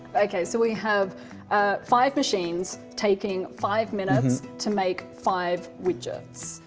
ok. so we have five machines taking five minutes to make five widgets.